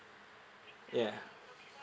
ya